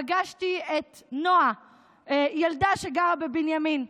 פגשתי את נועה, ילדה שגרה בבנימין.